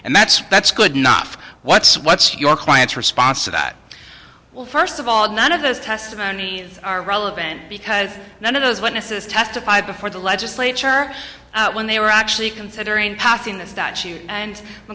and that's that's good nuff what's what's your client's response to that well first of all none of those testimonies are relevant because none of those witnesses testified before the legislature when they were actually considering passing a statute and the